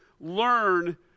learn